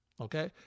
okay